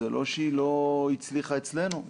זה לא שהיא לא הצליחה אצלנו,